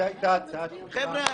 אומר לך,